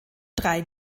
drei